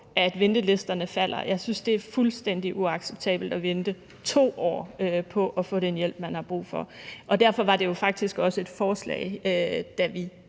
at ventelisterne falder. Jeg synes, det er fuldstændig uacceptabelt at vente 2 år på at få den hjælp, man har brug for, og derfor var det jo faktisk også et forslag, da vi